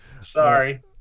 sorry